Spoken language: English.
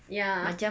ya